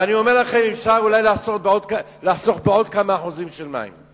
ואולי אפשר לחסוך עוד כמה אחוזים של מים.